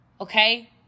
Okay